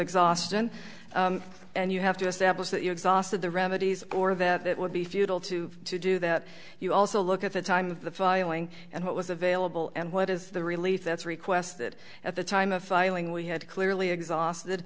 exhaustion and you have to establish that you exhausted the remedies or that it would be futile to do that you also look at the time of the filing and what was available and what is the relief that's requested at the time of filing we had clearly exhausted